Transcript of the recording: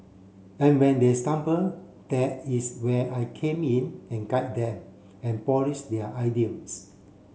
and when they stumble there is where I came in and guid them and polish their ideas